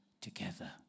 together